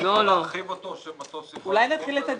אפשר להרחיב אותו כדי שמטוס יכול לנחות על זה?